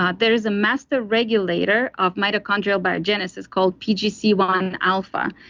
um there is a master regulator of mitochondrial biogenesis called pgc one alpha.